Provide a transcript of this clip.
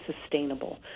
sustainable